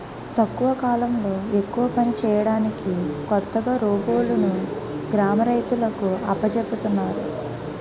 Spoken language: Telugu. తక్కువ కాలంలో ఎక్కువ పని చేయడానికి కొత్తగా రోబోలును గ్రామ రైతులకు అప్పజెపుతున్నారు